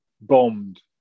bombed